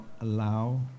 allow